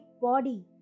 body